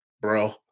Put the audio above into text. Bro